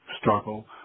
struggle